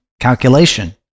calculation